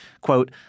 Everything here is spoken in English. Quote